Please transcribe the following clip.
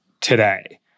today